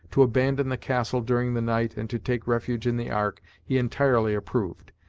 to abandon the castle during the night and to take refuge in the ark, he entirely approved.